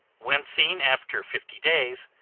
when seen after fifty days,